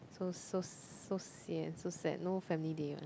so so so sian so sad no family day one